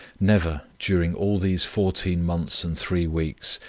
never, during all these fourteen months and three weeks,